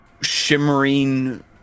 shimmering